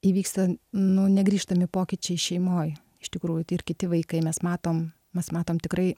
įvyksta nu negrįžtami pokyčiai šeimoj iš tikrųjų tai ir kiti vaikai mes matom mes matom tikrai